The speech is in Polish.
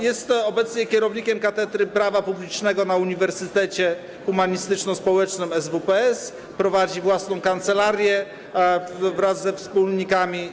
Jest obecnie kierownikiem Katedry Prawa Publicznego na Uniwersytecie Humanistycznospołecznym SWPS, prowadzi własną kancelarię wraz ze wspólnikami.